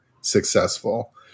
successful